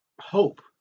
hope